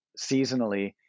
seasonally